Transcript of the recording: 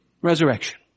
resurrection